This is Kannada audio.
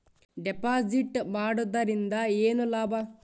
ಡೆಪಾಜಿಟ್ ಮಾಡುದರಿಂದ ಏನು ಲಾಭ?